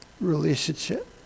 relationship